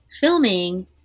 filming